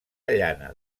llana